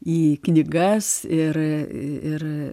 į knygas ir ir